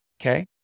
Okay